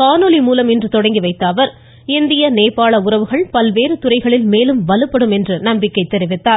காணொலி மூலம் இன்று துவக்கி வைத்த அவர் இந்திய நேபாள் உறவுகள் பல்வேறு துறைகளில் மேலும் வலுப்படும் என்று நம்பிக்கை தெரிவித்தார்